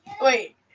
Wait